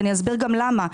ואני אסביר גם למה.